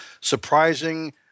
Surprising